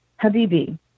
Habibi